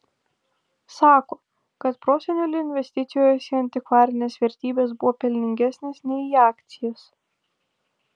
sako kad proseneliui investicijos į antikvarines vertybes buvo pelningesnės nei į akcijas